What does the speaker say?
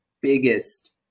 biggest